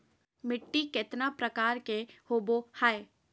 मिट्टी केतना प्रकार के होबो हाय?